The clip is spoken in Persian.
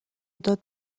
داد